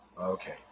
okay